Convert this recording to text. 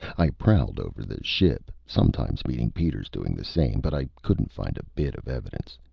i prowled over the ship, sometimes meeting peters doing the same, but i couldn't find a bit of evidence.